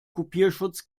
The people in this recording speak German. kopierschutz